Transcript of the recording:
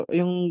yung